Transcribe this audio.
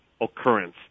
occurrence